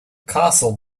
castle